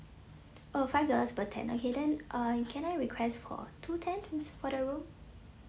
oh five dollars per tent okay then uh can I request for two tents for the room